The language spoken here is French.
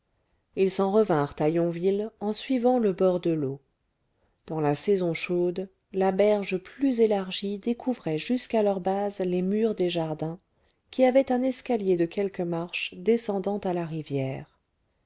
ils s'en revinrent à yonville en suivant le bord de l'eau dans la saison chaude la berge plus élargie découvrait jusqu'à leur base les murs des jardins qui avaient un escalier de quelques marches descendant à la rivière